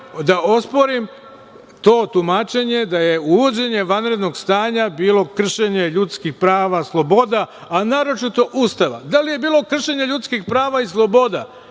da osporim to tumačenje da je uvođenje vanrednog stanja bilo kršenje ljudskih prava, sloboda, a naročito Ustava. Da li je bilo kršenja ljudskih prava i sloboda?